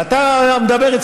ואתה מדבר,